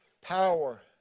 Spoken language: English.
power